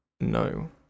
No